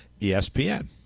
ESPN